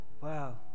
Wow